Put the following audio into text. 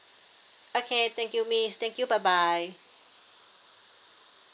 okay thank you miss thank you bye bye